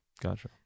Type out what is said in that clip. gotcha